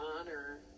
honor